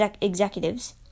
executives